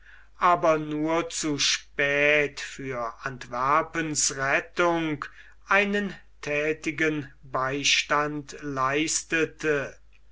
aber nur zu spät für antwerpens rettung einen thätigen beistand leistete